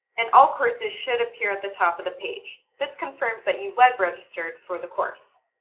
and all courses should appear at the top of the page. this confirms that you web registered for the course.